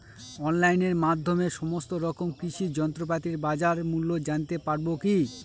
অনলাইনের মাধ্যমে সমস্ত রকম কৃষি যন্ত্রপাতির বাজার মূল্য জানতে পারবো কি?